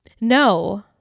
No